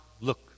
look